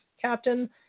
captain